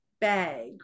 bag